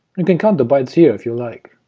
you can count the bytes here, if you like.